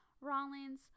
Rollins